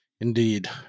Indeed